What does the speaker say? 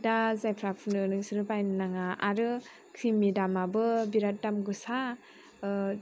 दा जायफोरा फुनो नोंसोरो बायनो नाङा आरो क्रिम नि दामआबो बिराद दाम गोसा